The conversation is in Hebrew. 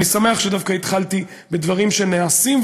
אני שמח שהתחלתי בדברים שנעשים,